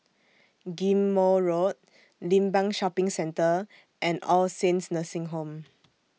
Ghim Moh Road Limbang Shopping Centre and All Saints Nursing Home